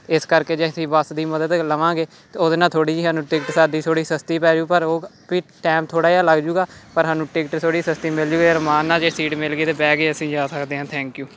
ਇਸ ਕਰਕੇ ਜੇ ਅਸੀਂ ਬੱਸ ਦੀ ਮਦਦ ਲਵਾਂਗੇ ਤਾਂ ਉਹਦੇ ਨਾਲ ਥੋੜ੍ਹੀ ਜਿਹੀ ਸਾਨੂੰ ਟਿਕਟ ਸਾਡੀ ਥੋੜ੍ਹੀ ਜਿਹੀ ਸਸਤੀ ਪੈਜੂੰ ਪਰ ਉਹ ਵੀ ਟਾਇਮ ਥੋੜ੍ਹਾ ਜਿਹਾ ਲੱਗ ਜੂਗਾ ਪਰ ਸਾਨੂੰ ਟਿਕਟ ਥੋੜ੍ਹੀ ਜਿਹੀ ਸਸਤੀ ਮਿਲਜੂੰ ਅਰਾਮ ਨਾਲ ਜੇ ਸੀਟ ਮਿਲ ਗਈ ਤਾਂ ਬਹਿ ਕੇ ਅਸੀਂ ਜਾ ਸਕਦੇ ਹਾਂ ਥੈਂਕ ਯੂ